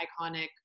iconic